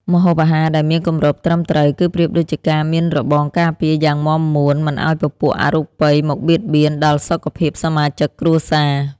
ម្ហូបអាហារដែលមានគម្របត្រឹមត្រូវ គឺប្រៀបដូចជាការមានរបងការពារយ៉ាងមាំមួនមិនឱ្យពពួកអរូបិយមកបៀតបៀនដល់សុខភាពសមាជិកគ្រួសារ។